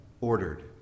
ordered